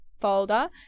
folder